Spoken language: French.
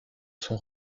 son